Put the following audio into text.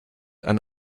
and